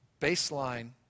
baseline